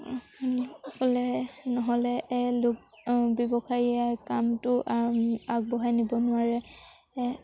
নহ'লে নহ'লে লোক ব্যৱসায়ীয়ে কামটো আগ আগবঢ়াই নিব নোৱাৰে